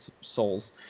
souls